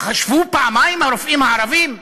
חשבו פעמיים הרופאים הערבים?